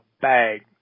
bag